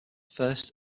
first